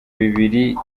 bibiri